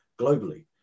globally